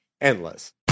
Endless